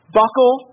buckle